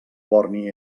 borni